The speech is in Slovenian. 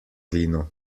vino